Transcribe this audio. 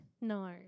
No